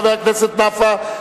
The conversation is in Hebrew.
חבר הכנסת נפאע.